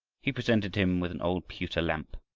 he presented him with an old pewter lamp,